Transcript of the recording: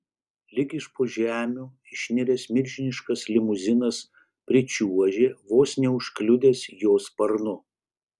lyg iš po žemių išniręs milžiniškas limuzinas pričiuožė vos neužkliudęs jo sparnu